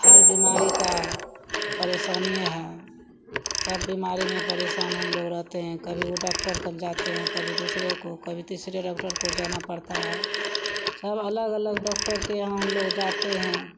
हर बीमारी की परेसानिए है सब बीमारी में परेशान हमलोग रहते हैं कभी उस डॉक्टर का जाते हैं कभी दूसरे को कभी तीसरे डॉक्टर को जाना पड़ता है सब अलग अलग डॉक्टर के यहाँ हमलोग जाते हैं